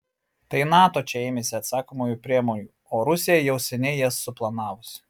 tai nato čia ėmėsi atsakomųjų priemonių o rusija jau seniai jas suplanavusi